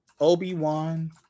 Obi-Wan